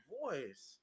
voice